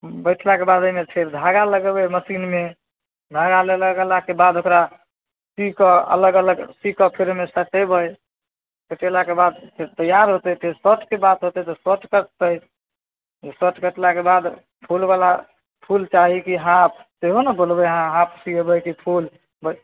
बैठलाके बाद ओहिमे फेर धागा लगेबै मशीनमे धागा लगे लगेलाके बाद ओकरा सीबिकऽ अलग अलग सीबिकऽ फेर ओहिमे सटेबै सटेलाक बाद फेर तैआर होतै फेर शर्टके बात होतै तऽ शर्ट कटतै शर्ट कटलाके बाद फुलवला फुल चाही कि हाफ सेहो ने बोलबै अहाँ हाफ सिएबै कि फुल